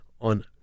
on